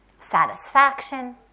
Satisfaction